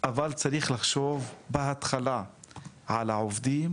אבל צריך לחשוב בהתחלה על העובדים